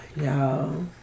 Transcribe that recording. Y'all